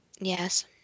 Yes